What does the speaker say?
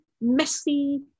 messy